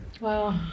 Wow